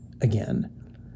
again